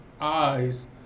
eyes